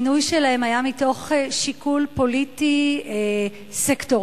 המינוי שלהם היה מתוך שיקול פוליטי סקטוריאלי.